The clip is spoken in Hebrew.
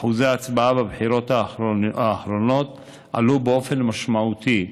אחוזי ההצבעה בבחירות האחרונות עלו באופן משמעותי,